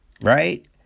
right